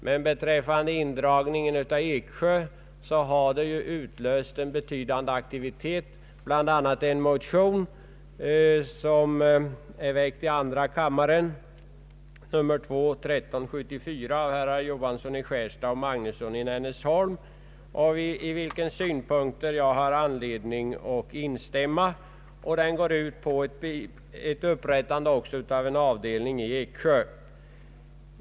Men indragningen av kåren i Eksjö har utlöst en betydande oro som bl.a. resulterat i en motion, II: 1374, i andra kammaren väckt av herr Johansson i Skärstad och herr Magnusson i Nennesholm och som går ut på att upprätta en musikavdelning också i Eksjö. Jag har anledning att instämma i de synpunkter som anförts i motionen.